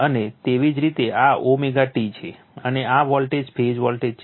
અને તેવી જ રીતે આ ωt છે અને આ વોલ્ટેજ ફેઝ વોલ્ટેજ છે